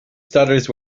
stutters